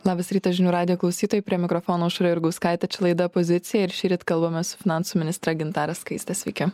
labas rytas žinių radijo klausytojai prie mikrofono aušra jurgauskaitė čia laida pozicija ir šįryt kalbamės su finansų ministre gintare skaistė sveiki